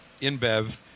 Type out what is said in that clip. InBev